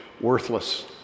worthless